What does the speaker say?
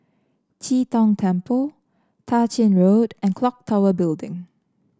Chee Tong Temple Tah Ching Road and clock Tower Building